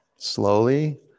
Slowly